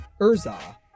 Urza